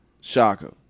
Shaka